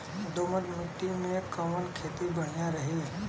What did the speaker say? दोमट माटी में कवन खेती बढ़िया रही?